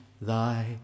thy